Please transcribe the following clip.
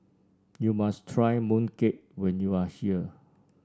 you must try mooncake when you are here